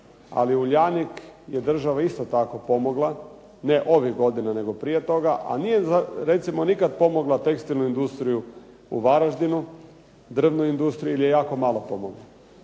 ali Uljanik je država isto tako pomogla, ne ove godine, nego prije toga, a nije recimo nikad pomogla tekstilnu industriju u Varaždinu, drvnu industriju ili je jako malo pomogla.